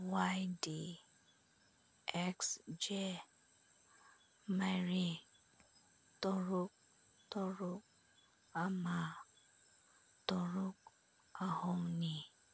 ꯋꯥꯏ D X ꯖꯦ ꯃꯔꯤ ꯇꯔꯨꯛ ꯇꯔꯨꯛ ꯑꯃ ꯇꯔꯨꯛ ꯑꯍꯨꯝꯅꯤ